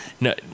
no